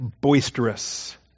boisterous